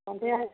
ସନ୍ଧ୍ୟା ହଉ